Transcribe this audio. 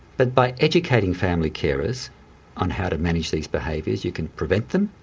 but by educating family carers on how to manage these behaviours you can prevent them,